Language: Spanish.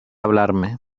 hablarme